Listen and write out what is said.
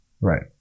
right